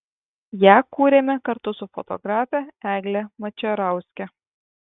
ją kūrėme kartu su fotografe egle mačerauske